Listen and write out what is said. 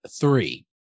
three